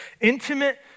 intimate